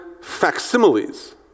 facsimiles